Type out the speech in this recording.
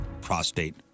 prostate